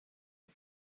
had